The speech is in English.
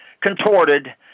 contorted